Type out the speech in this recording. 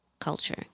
culture